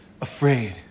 afraid